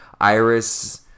Iris